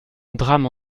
drame